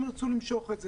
הם ירצו למשוך את זה.